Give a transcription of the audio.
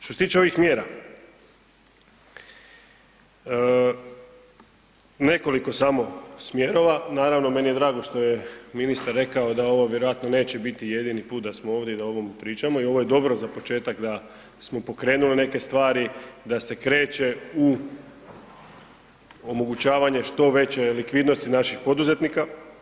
Što se tiče ovih mjera, nekoliko samo smjerova, naravno meni je drago što je ministar rekao da ovo vjerojatno neće biti jedini put da smo ovdje i da o ovom pričamo i ovo je dobro za početak da smo pokrenuli neke stvari, da se kreće u omogućavanje što veće likvidnosti naših poduzetnika.